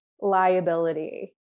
liability